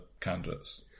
candidates